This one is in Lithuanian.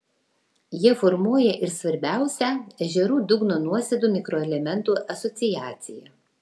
jie formuoja ir svarbiausią ežerų dugno nuosėdų mikroelementų asociaciją